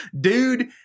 Dude